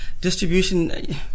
distribution –